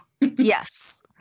Yes